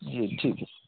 जी ठीक है